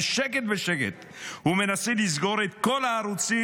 בשקט בשקט הוא מנסה לסגור את כל הערוצים,